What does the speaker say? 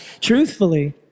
truthfully